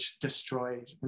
destroyed